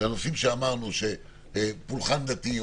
משלב מסוים,